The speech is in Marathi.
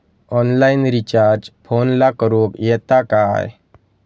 ऑनलाइन रिचार्ज फोनला करूक येता काय?